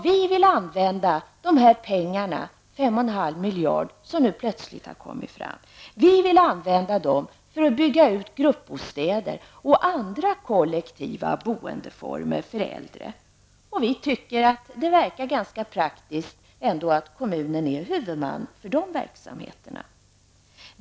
Vi vill använda de här pengarna, 5,5 miljarder kronor som nu plötsligt har kommit fram, för att bygga ut när det gäller gruppbostäder och andra kollektiva boendeformer för äldre. Vi tycker att det ändå verkar ganska praktiskt att kommunen är huvudman för dessa verksamheter.